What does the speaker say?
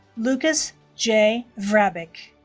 lucas j. vrabic